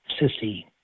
sissy